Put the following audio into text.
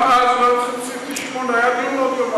גם אז לא היה צריך את סעיף 98. היה דיון עוד יומיים,